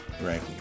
right